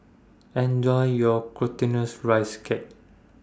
Enjoy your Glutinous Rice Cake